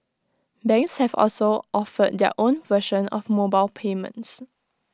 banks have also offered their own version of mobile payments